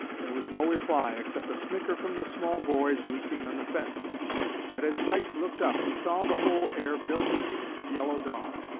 there was no reply, except a snicker from the small boys roosting on the fence but as sykes looked up he saw the whole air filled with pieces of yellow dog.